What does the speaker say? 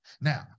Now